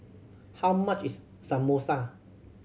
how much is Samosa